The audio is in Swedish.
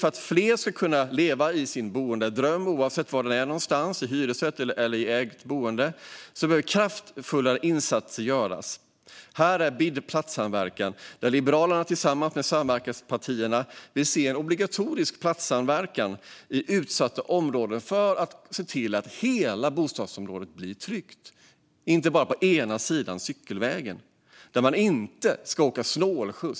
För att fler ska kunna leva i sin boendedröm, oavsett var den är, i hyresrätt eller i ägt boende, behöver kraftfullare insatser göras. Här vill jag åter nämna BID-platssamverkan. Liberalerna vill tillsammans med samverkanspartierna se obligatorisk platssamverkan i utsatta områden. Hela bostadsområdet ska bli tryggt, inte bara det som finns på ena sidan cykelvägen. Och man ska inte kunna åka snålskjuts på andra.